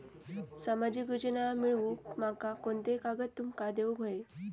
सामाजिक योजना मिलवूक माका कोनते कागद तुमका देऊक व्हये?